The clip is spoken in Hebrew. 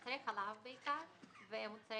מוצרי